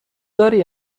داری